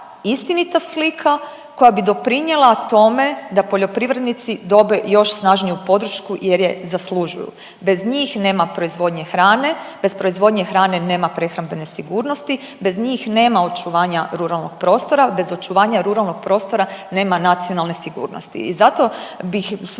istinita slika koja bi doprinjela tome da poljoprivrednici dobe još snažniju podršku jer je zaslužuju, bez njih nema proizvodnje hrane, bez proizvodnje hrane nema prehrambene sigurnosti, bez njih nema očuvanja ruralnog prostora, bez očuvanja ruralnog prostora nema nacionalne sigurnosti i zato bih sve